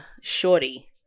shorty